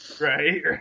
Right